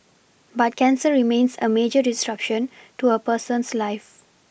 but cancer remains a major disruption to a person's life